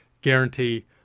guarantee